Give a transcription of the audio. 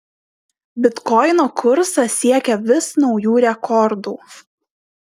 bitkoino kursas siekia vis naujų rekordų